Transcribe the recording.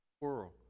world